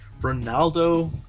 Ronaldo